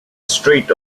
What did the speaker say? straight